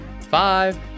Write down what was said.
five